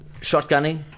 shotgunning